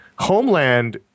Homeland